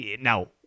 Now